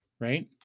right